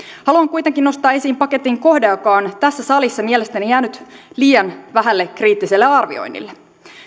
haluan kuitenkin nostaa esiin paketin kohdan joka on tässä salissa mielestäni jäänyt liian vähälle kriittiselle arvioinnille